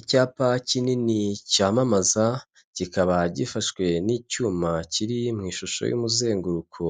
Icyapa kinini cyamamaza kikaba gifashwe n'icyuma kiri mu ishusho y'umuzenguruko,